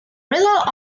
result